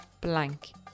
blank